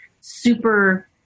super